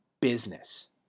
business